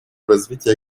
развития